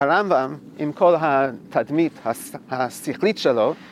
‫הרמב״ם, עם כל התדמית השיכלית שלו...